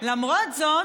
למרות זאת,